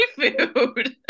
food